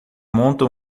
monta